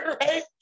Right